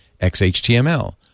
XHTML